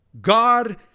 God